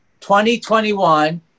2021